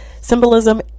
symbolism